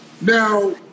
now